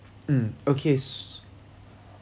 mm okay